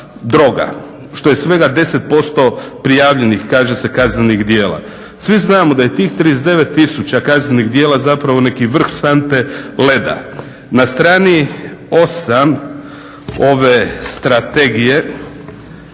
droga, što je svega 10% prijavljenih, kaže se kaznenih djela. Svi znamo da je tih 39 tisuća kaznenih dijela zapravo neki vrh sante leda. Na strani 8. ove strategije